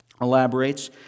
elaborates